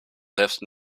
selbst